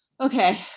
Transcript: okay